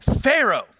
Pharaoh